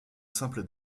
simple